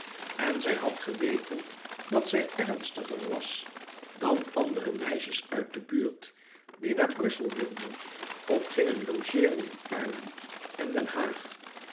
en zij had geweten dat zij ernstiger was dan andere meisjes uit de buurt die naar brussel wilden of gingen logeeren in arnhem en den haag